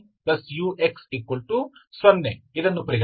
ಆದ್ದರಿಂದ uxxuxyuyyux0 ಇದನ್ನು ಪರಿಗಣಿಸಿ